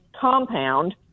compound